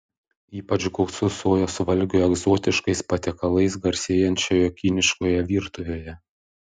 ypač gausu sojos valgių egzotiškais patiekalais garsėjančioje kiniškoje virtuvėje